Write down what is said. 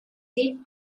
did